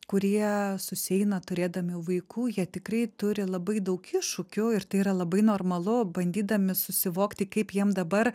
kurie susieina turėdami vaikų jie tikrai turi labai daug iššūkių ir tai yra labai normalu bandydami susivokti kaip jiem dabar